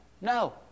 no